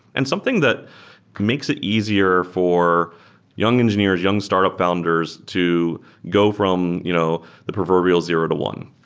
and something that makes it easier for young engineers, young startup founders to go from you know the proverbial zero to one,